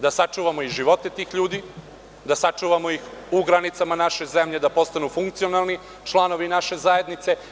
Da sačuvamo i živote tih ljudi, da sačuvamo u granicama naše zemlje da oni postanu funkcionalni članovi naše zajednice.